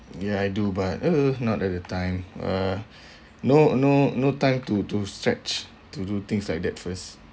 ya I do buy !ugh! not at the time uh no no no time to to stretch to do things like that first